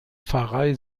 pfarrei